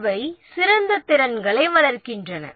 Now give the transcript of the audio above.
அவை சிறந்த திறன்களை வளர்க்கின்றன